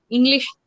English